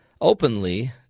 openly